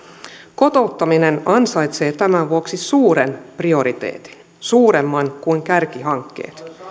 kotouttaminen ansaitsee tämän vuoksi suuren prioriteetin suuremman kuin kärkihankkeet